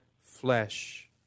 flesh